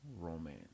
romance